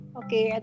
okay